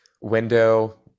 window